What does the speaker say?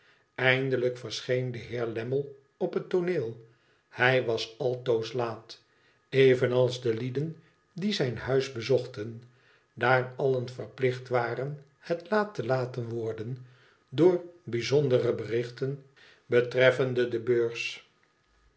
eindelijk verscheen de heer lammie op het tooneel hij was lütoos laat evenals de lieden die zijn huis bezochten daar allen verplicht waren het laat te jaten worden door bijzondere berichten betreflfende de beurs